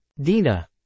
Dina